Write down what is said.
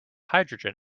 hydrogen